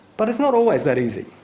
but it's not always that easy.